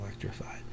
electrified